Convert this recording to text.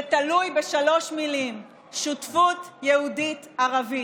זה תלוי בשלוש מילים: שותפות יהודית-ערבית.